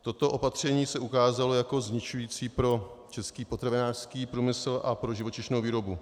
Toto opatření se ukázalo jako zničující pro český potravinářský průmysl a pro živočišnou výrobu.